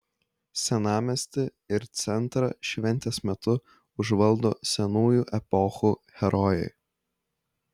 senamiestį ir centrą šventės metu užvaldo senųjų epochų herojai